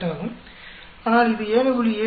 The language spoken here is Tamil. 48 ஆகும் ஆனால் இது 7